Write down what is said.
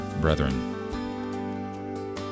brethren